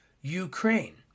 Ukraine